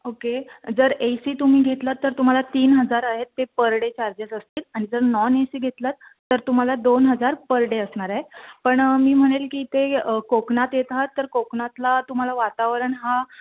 okay जर A C तुम्ही घेतलात तर तुम्हाला तीन हजार आहेत ते पर डे चार्जेस असतील आणि जर नॉन ए सी घेतलात तर तुम्हाला दोन हजार पर डे असणार आहे पण मी म्हणेल की इथे कोकणात येत आहात तर कोकणातला तुम्हाला वातावरण हा